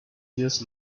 years